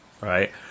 right